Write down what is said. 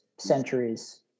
centuries